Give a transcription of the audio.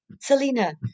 Selena